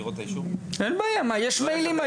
יש היום מיילים.